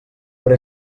però